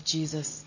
Jesus